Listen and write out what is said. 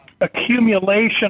accumulation